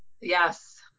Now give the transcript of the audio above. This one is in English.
Yes